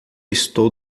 estou